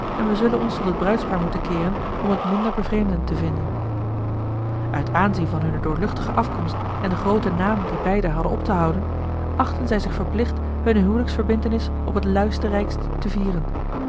en wij zullen ons tot het bruidspaar moeten keeren om het minder bevreemdend te vinden uit aanzien van hunne doorluchtige afkomst en den grooten naam dien beiden hadden op te houden achtten zij zich verplicht hunne huwelijksverbintenis op het luisterrijkst te vieren